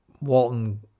Walton